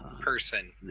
person